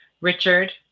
Richard